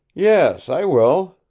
yes, i will.